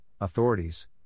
authorities